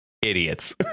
idiots